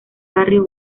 barrio